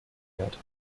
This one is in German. wert